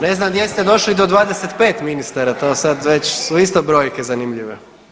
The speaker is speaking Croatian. Ne znam gdje ste došli do 25 ministara to sad već su isto brojke zanimljive.